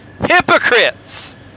hypocrites